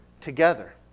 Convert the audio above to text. together